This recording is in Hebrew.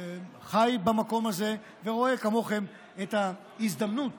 חי במקום הזה ורואה כמוכם את ההזדמנות